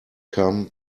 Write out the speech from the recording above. come